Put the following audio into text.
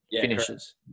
finishes